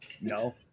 No